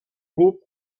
club